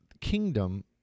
kingdom